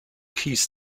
keys